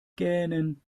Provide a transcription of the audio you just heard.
gähnen